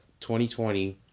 2020